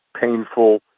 painful